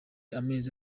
amezi